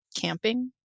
camping